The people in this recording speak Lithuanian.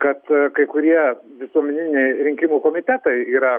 kad kai kurie visuomeniniai rinkimų komitetai yra